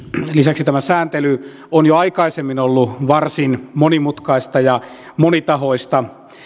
lisäksi tämä sääntely on jo aikaisemmin ollut varsin monimutkaista ja monitahoista